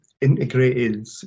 integrated